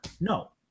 No